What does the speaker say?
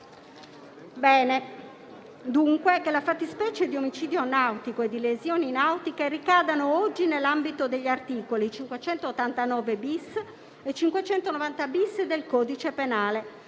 Bene dunque che le fattispecie di omicidio nautico e di lesioni nautiche ricadano oggi nell'ambito degli articoli 589-*bis* e 590-*bis* del codice penale,